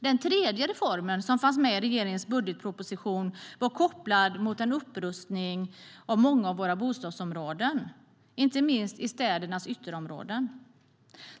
Den tredje reformen som fanns med i regeringens budgetproposition var kopplad till en upprustning av många av våra bostadsområden, inte minst i städernas ytterområden.